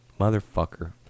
Motherfucker